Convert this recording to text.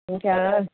हुन्छ